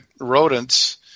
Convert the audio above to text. rodents